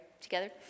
together